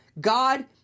god